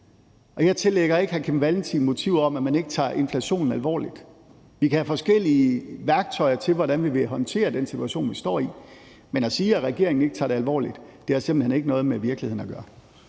Og jeg tillægger ikke hr. Kim Valentin motiver om, at man ikke tager inflationen alvorligt. Vi kan have forskellige værktøjer til, hvordan vi vil håndtere den situation, vi står i, men at sige, at regeringen ikke tager det alvorligt, har simpelt hen ikke noget med virkeligheden at gøre.